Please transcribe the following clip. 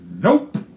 Nope